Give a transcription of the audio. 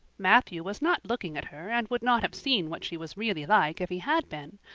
matthew was not looking at her and would not have seen what she was really like if he had been,